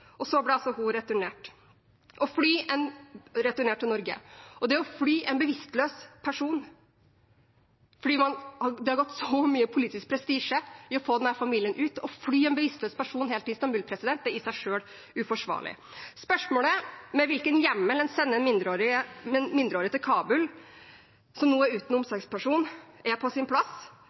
Og så ble hun returnert til Norge. Det å fly en bevisstløs person helt til Istanbul fordi det har gått så mye politisk prestisje i å få denne familien ut, er i seg selv uforsvarlig. Spørsmålet om med hvilken hjemmel en sender mindreårige til Kabul som nå er uten omsorgsperson, er på sin plass.